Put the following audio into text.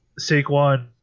Saquon